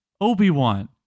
Obi-Wan